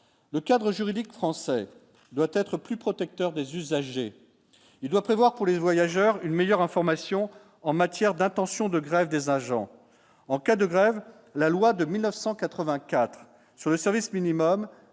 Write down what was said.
le cadre juridique français doit être plus protecteur des usagers. Il doit prévoir pour les voyageurs, une meilleure information en matière d'intention de grève des agents en cas de grève, la loi de 1984 sur le service minimum